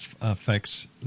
affects